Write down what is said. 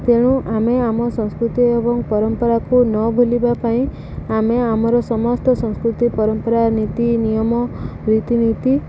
ତେଣୁ ଆମେ ଆମ ସଂସ୍କୃତି ଏବଂ ପରମ୍ପରାକୁ ନ ଭୁଲିବା ପାଇଁ ଆମେ ଆମର ସମସ୍ତ ସଂସ୍କୃତି ପରମ୍ପରା ନୀତି ନିୟମ ରୀତିନୀତି